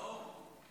נאור.